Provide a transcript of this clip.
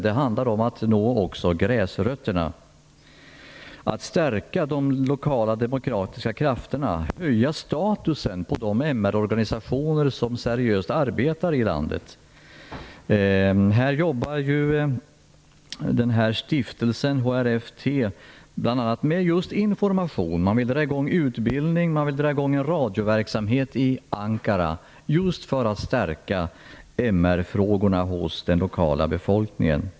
Det handlar också om att nå gräsrötterna, att stärka de lokala, demokratiska krafterna och att höja statusen på de MR-organisationer som arbetar seriöst i landet. Det finns en stiftelse, HRFT, som bl.a. arbetar med just information. Man vill dra i gång utbildning och radioverksamhet i Ankara just för att stärka MR-frågorna hos den lokala befolkningen.